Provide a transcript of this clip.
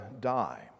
die